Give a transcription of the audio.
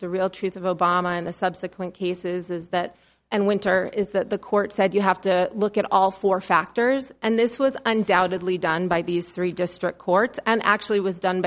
the real truth of obama in the subsequent cases is that and winter is that the court said you have to look at all four factors and this was undoubtedly done by these three district courts and actually was done